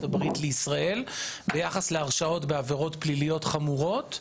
הברית לישראל ביחס להרשעות בעבירות פליליות חמורות.